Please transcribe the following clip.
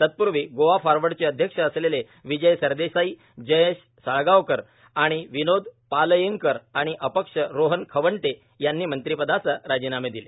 तत्पूर्वी गोआ फॉरवर्डचे अध्यक्ष असलेले विजय सरदेसाई जयेश साळगावकर आणि विनोद पालयेकर आणि अपक्ष रोहन खंवटे यांनी मंत्रीपदाचा राजीनामे दिले